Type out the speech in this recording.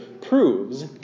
proves